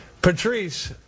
Patrice